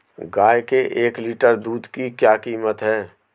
गाय के एक लीटर दूध की क्या कीमत है?